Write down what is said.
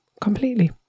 completely